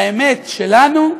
לאמת שלנו,